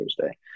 Thursday